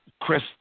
Chris